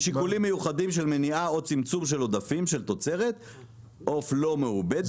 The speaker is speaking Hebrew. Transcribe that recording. משיקולים מיוחדים של מניעה או צמצום של עודפים של תוצרת עוף לא מעובדת,